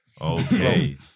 Okay